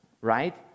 right